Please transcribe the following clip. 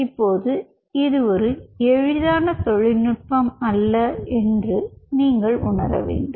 இப்போது இது ஒரு எளிதான தொழில்நுட்பம் அல்ல என்று நீங்கள் உணர வேண்டும்